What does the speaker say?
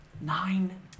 Nine